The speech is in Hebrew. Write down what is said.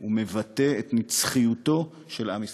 הוא מבטא את נצחיותו של עם ישראל.